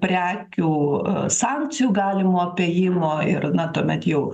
prekių sankcijų galimo apėjimo ir na tuomet jau